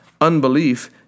Unbelief